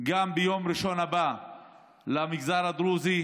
ביום ראשון הבא למגזר הדרוזי,